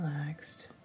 relaxed